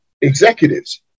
executives